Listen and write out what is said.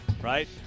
right